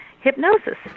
hypnosis